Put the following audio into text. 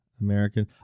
American